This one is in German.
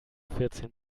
vierzehn